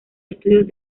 estudios